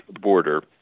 border